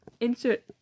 Insert